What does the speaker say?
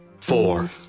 four